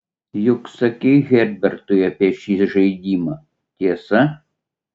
juk sakei herbertui apie šį žaidimą tiesa